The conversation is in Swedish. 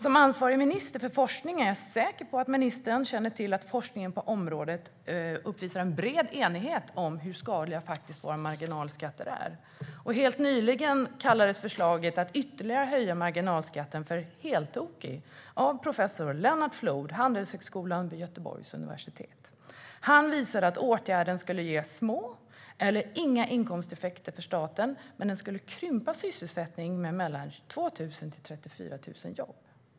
Som ansvarig minister för forskning känner ministern säkert till att forskningen på området uppvisar en bred enighet om hur skadliga marginalskatter är. Helt nyligen kallades förslaget att ytterligare höja marginalskatten för heltokigt av professor Lennart Flood, Handelshögskolan vid Göteborgs universitet. Han visade att åtgärden skulle ge små eller inga inkomsteffekter för staten men att den skulle krympa sysselsättningen med mellan 2 000 och 34 000 jobb.